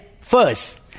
first